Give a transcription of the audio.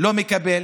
לא מקבל?